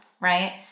right